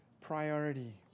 priority